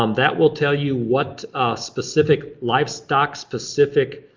um that will tell you what specific livestock, specific